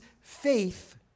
faith